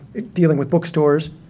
dealing with book stores,